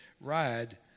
ride